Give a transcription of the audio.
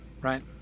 right